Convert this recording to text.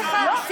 סליחה.